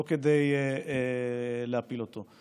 לא כדי להפיל אותו.